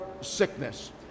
sickness